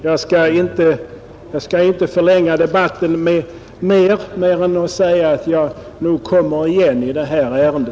Jag skall inte förlänga debatten mer utan bara säga att jag nog kommer igen i detta ärende.